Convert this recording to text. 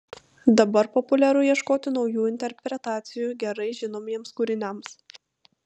dabar populiaru ieškoti naujų interpretacijų gerai žinomiems kūriniams